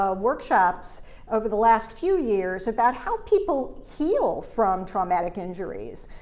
ah workshops over the last few years about how people heal from traumatic injuries.